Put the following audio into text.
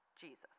Jesus